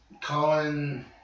colin